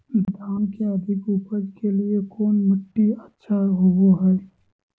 धान के अधिक उपज के लिऐ कौन मट्टी अच्छा होबो है?